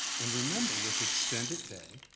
and remember with extended day,